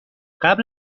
قبل